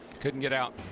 couldn't get out,